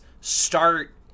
start